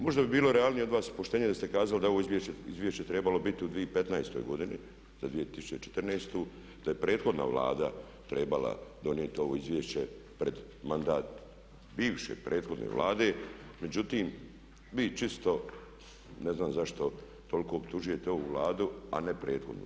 Možda bi bilo realnije od vas, poštenije da ste kazali da ovo izvješće je trebalo biti u 2015. godinu za 2014., da je prethodna Vlada trebala donijeti ovo izvješće pred mandat bivše prethodne Vlade, međutim, vi čisto ne znam zašto toliko optužujete ovu Vladu a ne prethodnu.